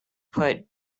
put